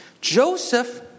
Joseph